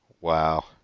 Wow